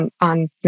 on